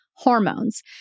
hormones